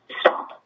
Stop